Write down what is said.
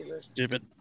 stupid